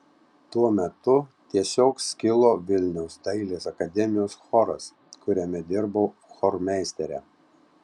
tuo metu tiesiog skilo vilniaus dailės akademijos choras kuriame dirbau chormeistere